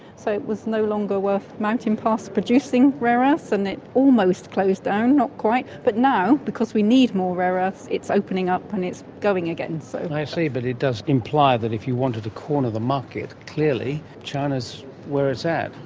so it was no longer worth mountain pass producing rare ah earths, and they almost closed down, not quite. but now, because we need more rare earths, it's opening up and it's going again. so i see, but it does imply that if you wanted it to corner the market, clearly china is where it's at.